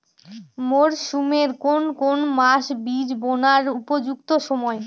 মরসুমের কোন কোন মাস বীজ বোনার উপযুক্ত সময়?